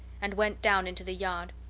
and went down into the yard.